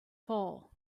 fall